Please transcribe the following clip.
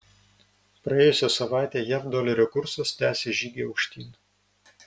praėjusią savaitę jav dolerio kursas tęsė žygį aukštyn